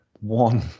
one